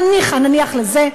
אבל, ניחא, נניח לזה.